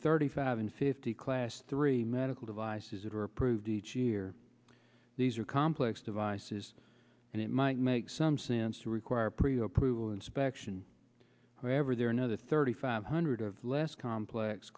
thirty five and fifty class three medical devices that are approved each year these are complex devices and it might make some sense to require pre approval inspection however there are another thirty five hundred less complex